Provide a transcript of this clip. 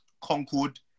Concord